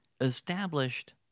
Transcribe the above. established